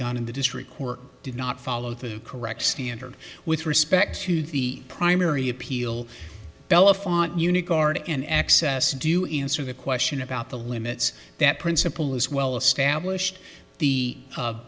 done in the district court did not follow the correct standard with respect to the primary appeal bella five not unique art and access do in answer the question about the limits that principle is well established the